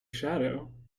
shadow